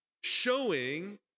showing